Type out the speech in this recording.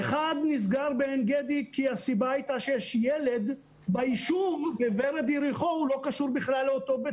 אחד בעין גדי נסגר כי יש ילד ביישוב ורד יריחו שלא קשור בכלל לאותו בית